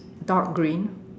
dark green